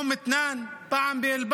פעם באום מתנאן, פעם באל-באט,